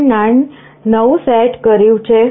9 પર સેટ કર્યું છે